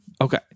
Okay